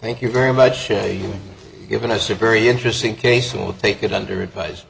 thank you very much a given us a very interesting case will take it under advice